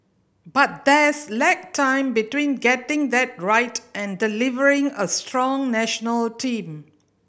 but there's lag time between getting that right and delivering a strong national team